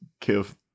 give